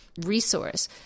resource